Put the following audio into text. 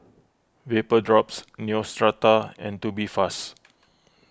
Vapodrops Neostrata and Tubifast